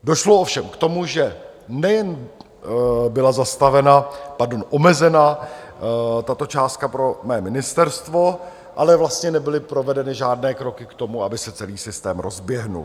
Došlo ovšem k tomu, že nejen byla zastavena pardon omezena tato částka pro mé ministerstvo, ale vlastně nebyly provedeny žádné kroky k tomu, aby se celý systém rozběhl.